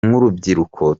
nk’urubyiruko